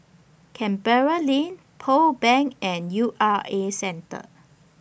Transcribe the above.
Canberra Lane Pearl Bank and U R A Centre